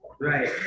Right